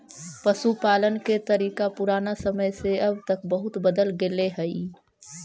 पशुपालन के तरीका पुराना समय से अब तक बहुत बदल गेले हइ